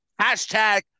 hashtag